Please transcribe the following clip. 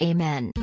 Amen